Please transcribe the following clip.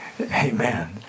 Amen